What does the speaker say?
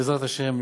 בעזרת השם,